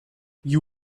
you